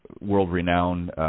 world-renowned